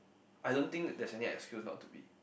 I don't think there's any excuse not to be